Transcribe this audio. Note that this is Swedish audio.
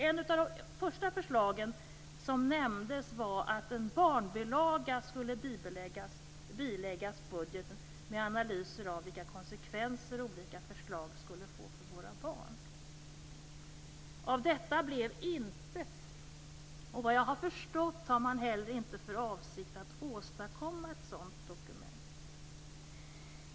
Ett av de första förslagen som nämndes var att en barnbilaga skulle biläggas budgeten med analyser av vilka konsekvenser olika förslag skulle få för våra barn. Av detta blev intet. Såvitt jag har förstått har man inte heller för avsikt att åstadkomma ett sådant dokument.